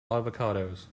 avocados